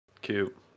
Cute